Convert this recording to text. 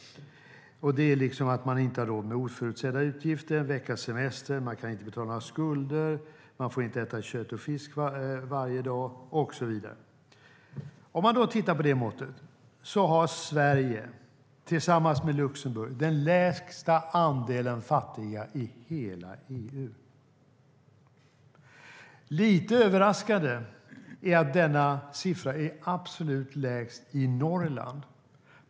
Det är att man inte har råd med oförutsedda utgifter eller en veckas semester, inte kan betala skulder, inte får äta kött och fisk varje dag och så vidare. Om vi tittar på det måttet ser vi att Sverige, tillsammans med Luxemburg, har den lägsta andelen fattiga i hela EU. Det är lite överraskande att denna siffra är absolut lägst i Norrland.